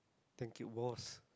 thank you boss